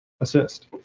assist